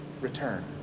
return